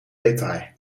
detail